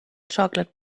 chocolate